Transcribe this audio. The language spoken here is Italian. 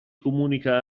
comunica